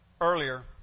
earlier